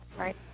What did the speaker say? Right